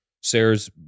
sarah's